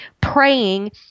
praying